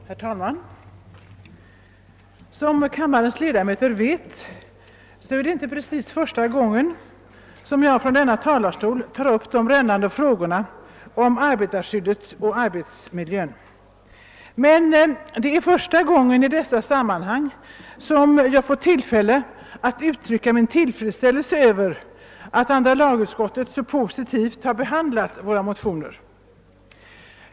Herr talman! Som kammarens ledamöter vet är det inte första gången som jag från denna talarstol tar upp de brännande frågorna om arbetarskyddet och arbetsmiljön. Men det är första gången i dessa sammanhang som jag fått tillfälle att uttrycka min tillfredsställelse över att andra lagutskottet så positivt behandlat våra motioner.